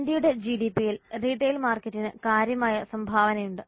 ഇന്ത്യയുടെ ജിഡിപിയിൽ റീട്ടെയിൽ മാർക്കറ്റിന് കാര്യമായ സംഭാവനയുണ്ട്